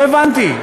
אז לא הבנתי.